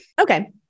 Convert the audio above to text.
Okay